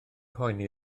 poeni